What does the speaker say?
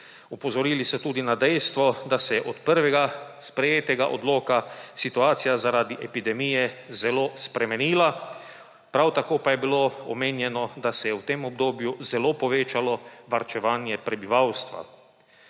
Opozorili so tudi na dejstvo, da se je od prvega sprejeta odloka situacija zaradi epidemije zelo spremenila, prav tako pa je bilo omenjeno, da se je v tem obdobju zelo povečalo varčevanje prebivalstva.